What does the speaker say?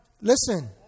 Listen